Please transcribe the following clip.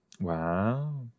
Wow